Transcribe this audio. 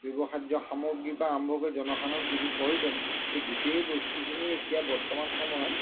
ব্যৱহাৰ্য সামগ্ৰীৰপৰা আৰম্ভ কৰি জনসাধাৰণৰ যিবোৰ প্ৰয়োজন এই গোটেই বস্তুখিনি এতিয়া বৰ্তমান সময়ত